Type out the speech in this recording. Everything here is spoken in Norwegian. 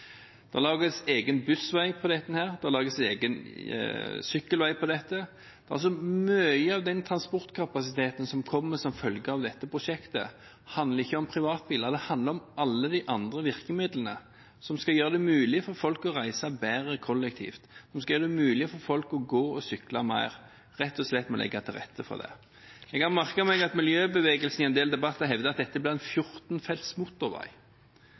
det lages egen bussvei og egen sykkelvei her. Mye av den transportkapasiteten som kommer som følge av dette prosjektet, handler altså ikke om privatbiler – det handler om alle de andre virkemidlene som skal gjøre det mulig for folk å reise bedre kollektivt, som skal gjøre det mulig for folk å gå og sykle mer, rett og slett ved å legge til rette for det. Jeg har merket meg at miljøbevegelsen i en del debatter hevder at dette blir en fjortenfelts motorvei.